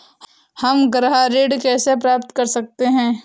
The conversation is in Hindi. हम गृह ऋण कैसे प्राप्त कर सकते हैं?